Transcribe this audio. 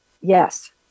Yes